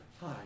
Hi